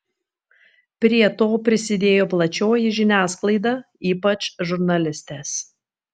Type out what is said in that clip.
prie to prisidėjo plačioji žiniasklaida ypač žurnalistės